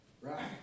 Right